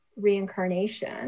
reincarnation